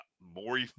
more